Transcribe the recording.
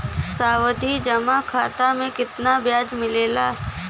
सावधि जमा खाता मे कितना ब्याज मिले ला?